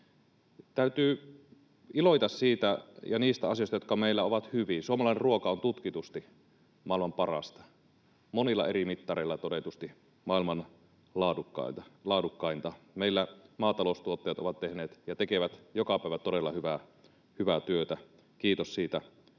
Täytyy iloita niistä asioista, jotka meillä on hyvin. Suomalainen ruoka on tutkitusti maailman parasta, monilla eri mittareilla todetusti maailman laadukkainta. Meillä maataloustuottajat ovat tehneet ja tekevät joka päivä todella hyvää työtä — kiitos siitä